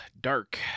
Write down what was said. dark